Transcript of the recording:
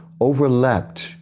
overlapped